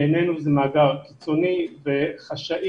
בעינינו, זה מאגר קיצוני וחשאי.